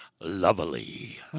lovely